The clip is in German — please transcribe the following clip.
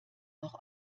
auch